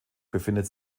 befindet